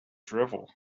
drivel